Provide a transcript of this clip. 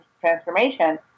transformation